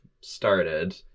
started